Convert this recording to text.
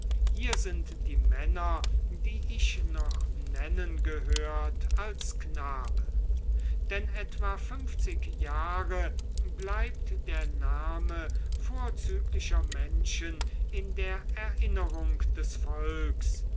hier sind die männer die ich noch nennen gehört als knabe denn etwa funfzig jahre bleibt der name vorzüglicher menschen in der erinnerung des volks